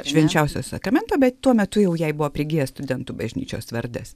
švenčiausio sakramento bet tuo metu jau jai buvo prigijęs studentų bažnyčios vardas